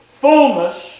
fullness